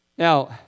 Now